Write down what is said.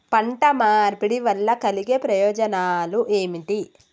పంట మార్పిడి వల్ల కలిగే ప్రయోజనాలు ఏమిటి?